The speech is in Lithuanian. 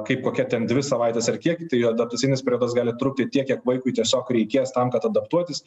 kaip kokia ten dvi savaitės ar kiek tai adaptacinis periodas gali trukti tiek kiek vaikui tiesiog reikės tam kad adaptuotis